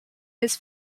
his